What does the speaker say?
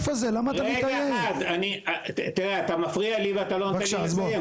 עד שתמצא את אותם מסמכים,